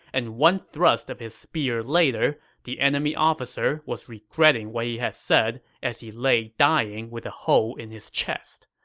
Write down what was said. and one thrust of his spear later, the enemy officer was regretting what he had said as he laid dying with a hole in his chest.